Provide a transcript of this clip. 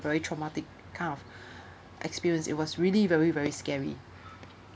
very traumatic kind of experience it was really very very scary